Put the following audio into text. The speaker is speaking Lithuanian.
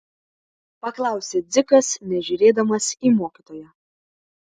paklausė dzikas nežiūrėdamas į mokytoją